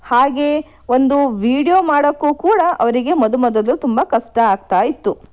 ಹಾಗೇ ಒಂದು ವೀಡಿಯೋ ಮಾಡೋಕ್ಕೂ ಕೂಡ ಅವರಿಗೆ ಮೊದ ಮೊದಲು ತುಂಬ ಕಷ್ಟ ಆಗ್ತಾ ಇತ್ತು